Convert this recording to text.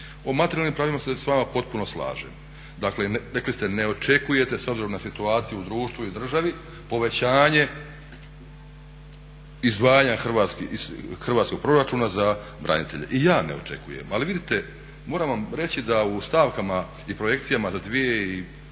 O materijalnim pravima se s vama potpuno slažem, dakle rekli ste ne očekujete s obzirom na situaciju u društvu i državi, povećanje izdvajanja iz hrvatskog proračuna za branitelje. I ja ne očekujem, ali vidite moram vam reći da u stavkama i projekcijama za 2015.,